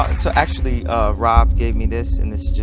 so actually rob gave me this and this is just